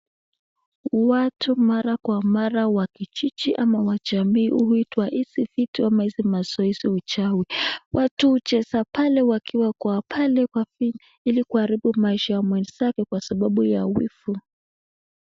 Watu mara kwa mara wa Kijiji ama wa jamii huita hizi vitu ama hizi mazoezi uchawi. watu hucheza pale wakiwa pale hili kuharibu maisha ya mwenzake kwa wivu.